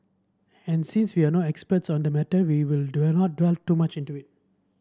and since we are no experts on the matter we will do not delve too much into it